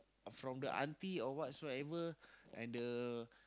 from the auntie or whatsoever and the